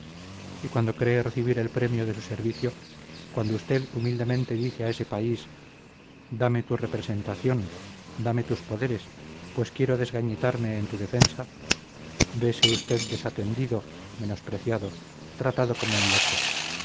y cuando cree recibir el premio de su servicio cuando usted humildemente dice a ese país dame tu representación dame tus poderes pues quiero desgañitarme en tu defensa vese usted desatendido menospreciado tratado como un loco